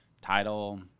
title